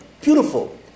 Beautiful